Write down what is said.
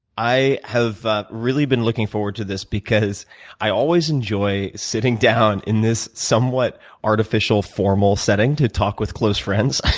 i have really been looking forward to this because i always enjoy sitting down in this somewhat artificial, formal setting to talk with close friends